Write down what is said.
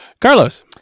Carlos